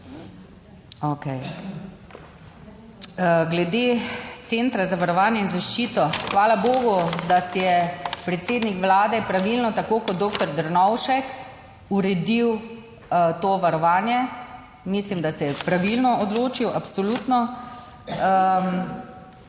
Okej, glede Centra za varovanje in zaščito, hvala bogu, da si je predsednik vlade pravilno, tako kot doktor Drnovšek, uredil to varovanje, mislim, da se je pravilno odločil, absolutno.